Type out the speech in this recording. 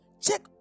Check